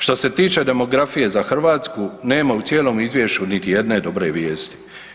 Što se tiče demografije za Hrvatsku, nema u cijelom izvješću niti jedne dobre vijesti.